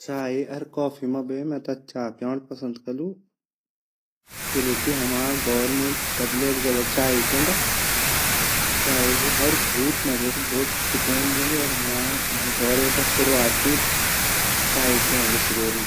चाय अर कॉफी मा बे मैं ता चाय प्योंड पसंद करलु किलेकी हमा घोर मा ज़्यादा सब लोग चाय ही प्योंदा चाय की हर घुट मेते ता भोत सुकून दयोंदी अर अर हमा ता घोरे शुरुवात ही चाय से वोन्दि सुबेरे।